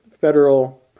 federal